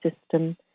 system